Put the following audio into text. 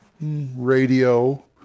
radio